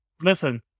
listen